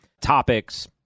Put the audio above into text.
topics